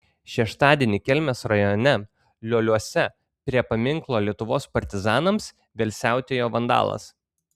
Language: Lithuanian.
šeštadienį kelmės rajone lioliuose prie paminklo lietuvos partizanams vėl siautėjo vandalas